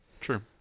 True